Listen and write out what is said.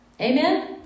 Amen